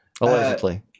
Allegedly